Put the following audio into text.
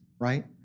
right